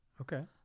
Okay